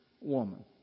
woman